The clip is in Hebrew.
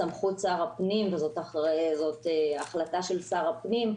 סמכות שר הפנים וזאת החלטה של שר הפנים,